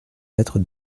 lattre